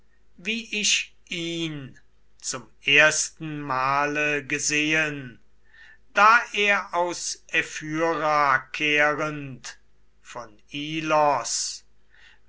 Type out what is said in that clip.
wie ich ihn zum ersten male gesehen da er aus ephyra kehrend von ilos